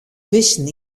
bisten